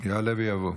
יעלה ויבוא.